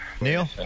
Neil